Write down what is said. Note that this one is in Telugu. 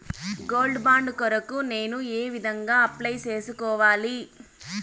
గోల్డ్ బాండు కొరకు నేను ఏ విధంగా అప్లై సేసుకోవాలి?